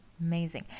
amazing